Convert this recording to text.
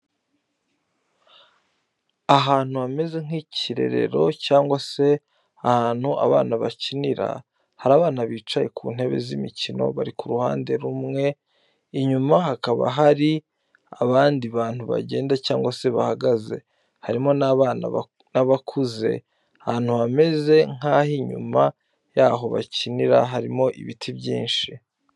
Ahantu hameze nk’ikirerero cyangwa ahantu abana bakinira. Hari abana bicaye ku ntebe z’imikino bari ku ruhande rumwe, inyuma hakaba hari abandi bantu bagenda cyangwa bahagaze, harimo n’abana n’abakuze. Ahantu hameze nk’ah’inyuma y’aho bakinira harimo ibiti byinshi.